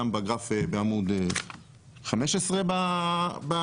הוא מופיע כמובן גם בגרף בעמוד 15 בנייר,